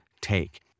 take